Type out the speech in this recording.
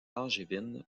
angevine